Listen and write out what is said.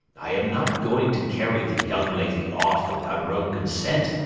i am not going to carry the young lady off, without her own consent.